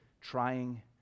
trying